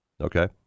Okay